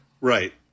right